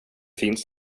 finns